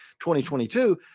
2022